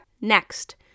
next